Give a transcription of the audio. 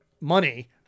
money